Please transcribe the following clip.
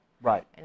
Right